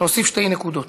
להוסיף שתי נקודות: